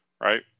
Right